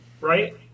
Right